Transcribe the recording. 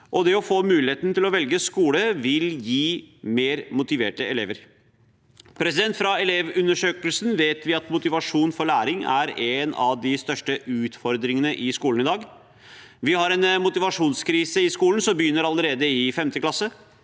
og det å få muligheten til å velge skole vil gi mer motiverte elever. Fra Elevundersøkelsen vet vi at motivasjon for læring er en av de største utfordringene i skolen i dag. Vi har en motivasjonskrise i skolen som begynner allerede i 5. klasse.